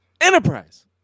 Enterprise